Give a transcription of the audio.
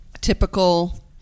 Typical